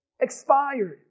expired